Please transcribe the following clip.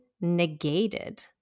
negated